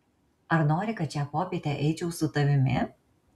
ar nori kad šią popietę eičiau su tavimi